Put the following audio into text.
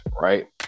right